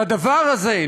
לדבר הזה,